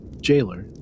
jailer